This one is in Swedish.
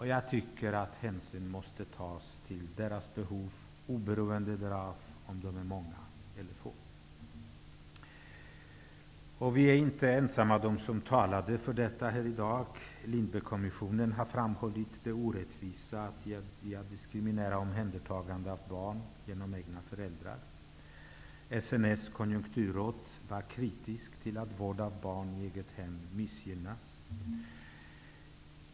Hänsyn måste enligt min mening tas till dessa familjers behov, oberoende av om de är många eller få. Vi som har talat för detta här i dag är inte ensamma. Lindbeckkommissionen har framhållit det orättvisa i att diskriminera föräldrar som tar hand om sina egna barn. SNS konjunkturråd var kritiskt till att vård av barn i det egna hemmet missgynnas.